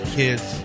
kids